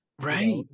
right